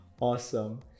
awesome